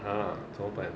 !huh! 怎么办